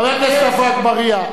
חבר הכנסת עפו אגבאריה,